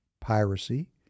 piracy